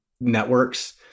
networks